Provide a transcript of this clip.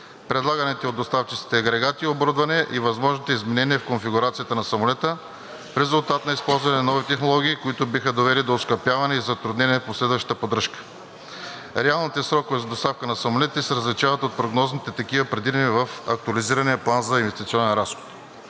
предлаганите от доставчиците агрегати и оборудване и възможните изменения в конфигурацията на самолета в резултат на използване на нови технологии, които биха довели до оскъпяване и затруднения в последващата поддръжка; - реалните срокове за доставка на самолетите се различават от прогнозните такива, предвидени в Актуализирания план за инвестиционен разход.